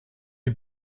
die